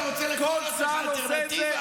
אתה רוצה לקרוא לעצמך באלטרנטיבה?